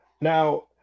Now